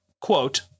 quote